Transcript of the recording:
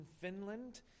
Finland